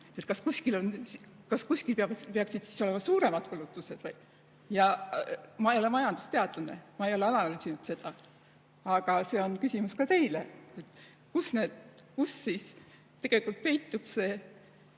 kas kuskil peaksid olema suuremad kulutused. Ma ei ole majandusteadlane, ma ei ole analüüsinud seda. Aga see on küsimus ka teile. Kus tegelikult peitub see,